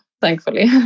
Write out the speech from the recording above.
thankfully